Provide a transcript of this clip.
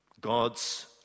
God's